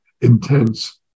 intense